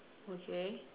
okay